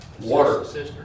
Water